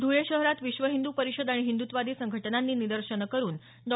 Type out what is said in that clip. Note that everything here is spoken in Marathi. धुळे शहरात विश्व हिंदू परिषद आणि हिंदुत्वादी संघटनांनी निदर्शनं करून डॉ